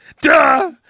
Duh